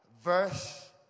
verse